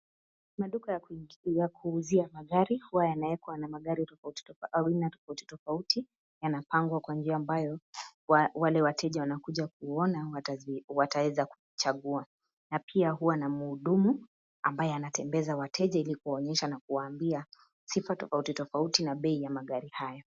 Maduka ya kuuzia magari huwa yanawekwa na magari aina tofauti tofauti yanapangwa kwa njia ambayo wale wateja wanakuja kuona wataweza kuchagua, na pia huwa na mhudumu ambaye anatembeza wateja ili kuwaonyesha na kuwaambia sifa tofauti tofauti na bei ya magari hayo.